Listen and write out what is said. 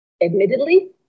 Admittedly